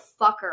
fucker